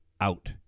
out